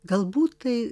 galbūt tai